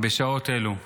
בשעות אלו.